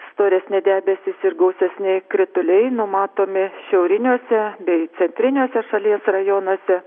storesni debesys ir gausesni krituliai numatomi šiauriniuose bei centriniuose šalies rajonuose